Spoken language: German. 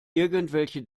irgendwelche